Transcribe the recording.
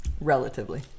Relatively